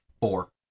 Four